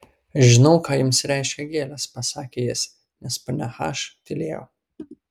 žinau ką jums reiškia gėlės pasakė jis nes ponia h tylėjo